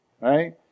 right